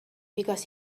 because